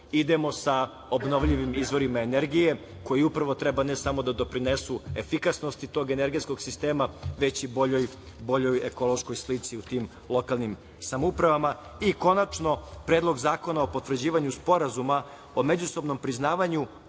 idemo sa obnovljivim izvorima energije, koji upravo treba ne samo da doprinesu efikasnosti tog energetskog sistema već i boljoj ekološkoj slici u tim lokalnim samoupravama. Konačno, Predlog zakona o potvrđivanju Sporazuma o međusobnom priznavanju